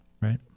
right